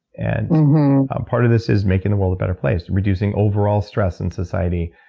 and part of this is making the world a better place, reducing overall stress in society,